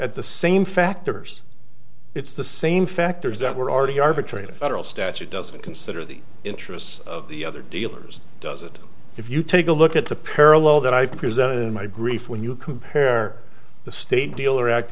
at the same factors it's the same factors that were already arbitrate a federal statute doesn't consider the interests of the other dealers does it if you take a look at the parallel that i presented in my grief when you compare the state dealer act